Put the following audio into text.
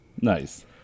nice